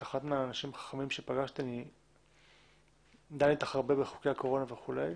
את אחת מהאנשים החכמים שפגשתי ואני דן אתך הרבה בחוקי הקורונה וכולי,